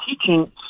teaching